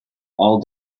all